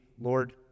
lord